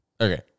Okay